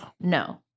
No